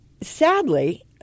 sadly